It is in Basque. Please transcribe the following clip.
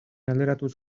alderatuz